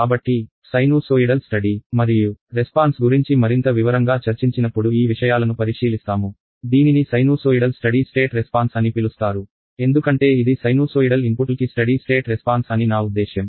కాబట్టి sinusoidal steady మరియు response గురించి మరింత వివరంగా చర్చించినప్పుడు ఈ విషయాలను పరిశీలిస్తాము దీనిని సైనూసోయిడల్ స్టడీ స్టేట్ రెస్పాన్స్ అని పిలుస్తారు ఎందుకంటే ఇది సైనూసోయిడల్ ఇన్పుట్ల్ కి స్టడీ స్టేట్ రెస్పాన్స్ అని నా ఉద్దేశ్యం